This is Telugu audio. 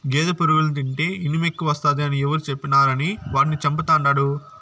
గేదె పురుగుల్ని తింటే ఇనుమెక్కువస్తాది అని ఎవరు చెప్పినారని వాటిని చంపతండాడు